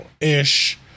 ish